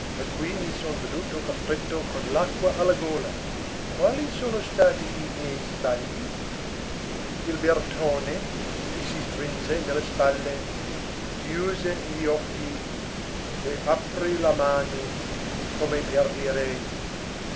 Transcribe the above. cui mi son veduto costretto con l'acqua alla gola quali sono stati i miei sbagli il bertone si strinse nelle spalle chiuse gli occhi e aprì le mani come per dire